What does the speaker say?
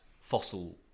fossil